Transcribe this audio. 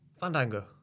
Fandango